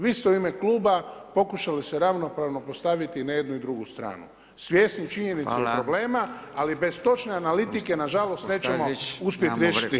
Vi ste u ime kluba pokušali se ravnopravno postaviti na jednu i drugu stranu svjesni činjenice i problema, ali bez točne analitike, nažalost nećemo uspjet riješit ništa.